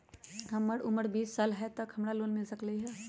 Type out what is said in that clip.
हमर उमर बीस साल हाय का हमरा लोन मिल सकली ह?